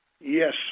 Yes